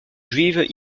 juive